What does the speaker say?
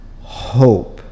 hope